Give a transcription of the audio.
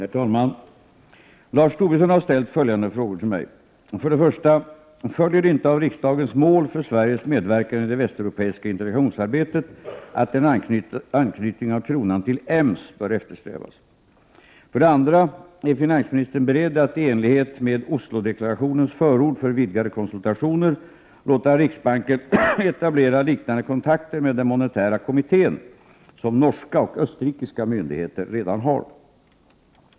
Herr talman! Lars Tobisson har ställt följande frågor till mig: 1. Följer det inte av riksdagens mål för Sveriges medverkan i det västeuropeiska integrationsarbetet att en anknytning av kronan till EMS bör eftersträvas? 2. Är finansministern beredd att i enlighet med Oslodeklarationens förord för vidgade konsultationer låta riksbanken etablera liknande kontakter med den monetära kommittén som norska och österrikiska myndigheter redan har?